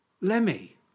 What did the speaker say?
Lemmy